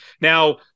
Now